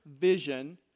vision